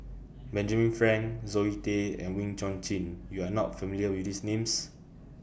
Benjamin Frank Zoe Tay and Wee Chong Jin YOU Are not familiar with These Names